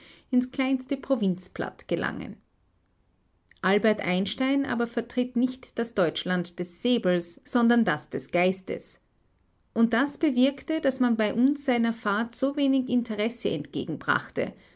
ins kleinste provinzblatt gelangen albert einstein aber vertritt nicht das deutschland des säbels sondern das des geistes und das bewirkte daß man bei uns seiner fahrt so wenig interesse entgegenbrachte